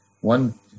one